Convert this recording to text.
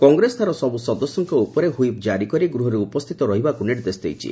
କଂଗ୍ରେସ ତା'ର ସବୁ ସଦସ୍ୟଙ୍କ ଉପରେ ହ୍ୱିପ୍ ଜାରି କରି ଗୃହରେ ଉପସ୍ଥିତ ରହିବାକୁ ନିର୍ଦ୍ଦେଶ ଦେଇଛି